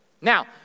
Now